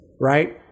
right